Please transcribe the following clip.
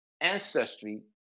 ancestry